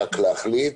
רק להחליט,